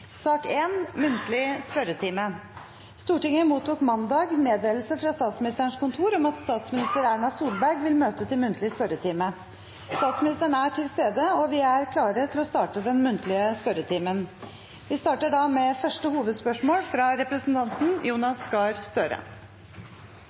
Stortinget mottok mandag meddelelse fra Statsministerens kontor om at statsminister Erna Solberg vil møte til muntlig spørretime. Statsministeren er til stede, og vi er klare til å starte den muntlige spørretimen. Vi starter da med første hovedspørsmål, fra representanten